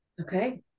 Okay